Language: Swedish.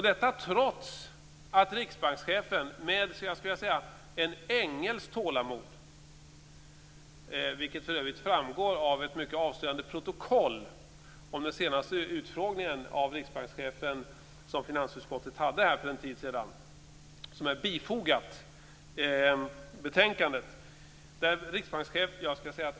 Detta visar sig för övrigt i ett mycket avslöjande protokoll från den senaste utfrågningen av riksbankschefen som finansutskottet höll för en tid sedan och som är bifogat betänkandet.